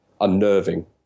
unnerving